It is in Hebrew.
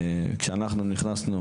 כשאנחנו נכנסנו,